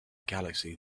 galaxy